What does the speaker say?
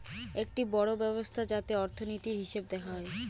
একটি বড়ো ব্যবস্থা যাতে অর্থনীতির, হিসেব দেখা হয়